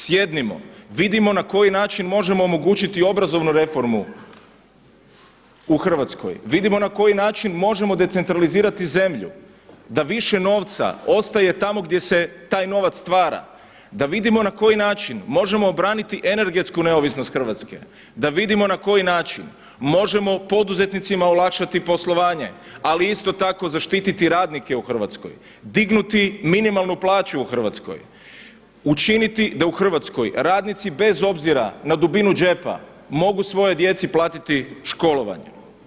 Sjednimo, vidimo na koji način možemo omogućiti obrazovnu reformu u Hrvatsku, vidimo na koji način možemo decentralizirati zemlju, da više novca ostaje tamo gdje se taj novac stvara, da vidimo na koji način možemo obraniti energetsku neovisnost Hrvatske, da vidimo na koji način možemo poduzetnicima olakšati poslovanje, ali isto tako zaštititi radnike u Hrvatskoj, dignuti minimalnu plaću u Hrvatskoj, učiniti da u Hrvatskoj radnici bez obzira na dubinu džepa mogu svojoj djeci platiti školovanje.